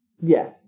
Yes